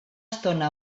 estona